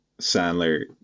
Sandler